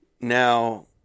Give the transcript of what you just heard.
Now